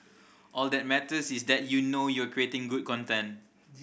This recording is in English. all that matters is that you know you're creating good content